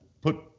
put